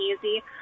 easy